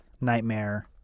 Nightmare